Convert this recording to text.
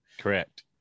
correct